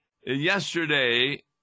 Yesterday